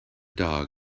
dog